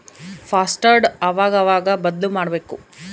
password ಅವಾಗವಾಗ ಬದ್ಲುಮಾಡ್ಬಕು